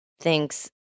thinks